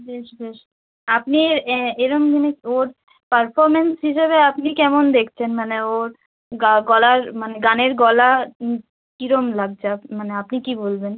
বেশ বেশ আপনি এরম জিনিস ওর পারফরমেন্স হিসেবে আপনি কেমন দেখছেন মানে ওর গা গলার মানে গানের গলা কীরম লাগছে আপ মানে আপনি কী বলবেন